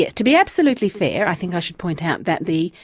yeah to be absolutely fair i think i should point out that the.